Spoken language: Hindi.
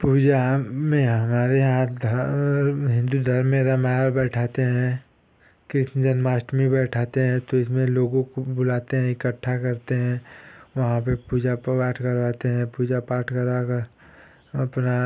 पूजा में हमारे यहाँ धर्म हिन्दू धर्म में रामायण बैठाते हैं कृष्ण जनमाष्टमी बैठाते हैं तो इसमें लोगों को बुलाते हैं इकट्ठा करते हैं वहाँ पर पूजा पाठ करवाते हैं पूजा पाठ करा कर अपना